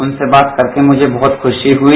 उनसे बात करके मुझे बहुत खुशी हुई